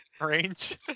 range